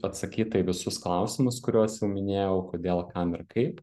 atsakyta į visus klausimus kuriuos jau minėjau kodėl kam ir kaip